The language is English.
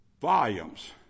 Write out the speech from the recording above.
volumes